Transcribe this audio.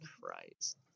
Christ